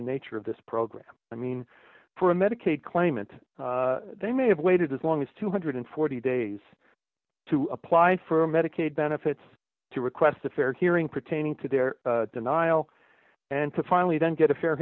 the nature of this program i mean for medicaid claimants they may have waited as long as two hundred and forty days to apply for medicaid benefits to request a fair hearing pertaining to their denial and to finally then get a fair